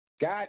God